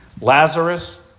Lazarus